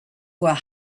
were